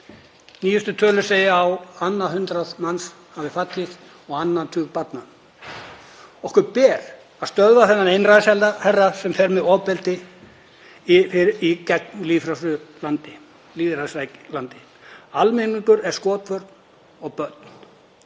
Nýjustu tölur segja að á annað hundrað manns hafi fallið og á annan tug barna. Okkur ber að stöðva þennan einræðisherra sem fer með ofbeldi gegn lýðræðislandi. Almenningur er skotmark og börn.